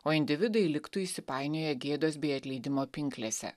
o individai liktų įsipainioję gėdos bei atleidimo pinklėse